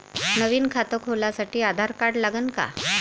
नवीन खात खोलासाठी आधार कार्ड लागन का?